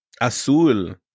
Azul